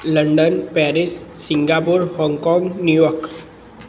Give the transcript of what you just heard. London Paris Singapore Hong Kong New York